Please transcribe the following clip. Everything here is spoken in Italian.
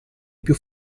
più